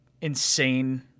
insane